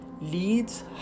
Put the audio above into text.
leads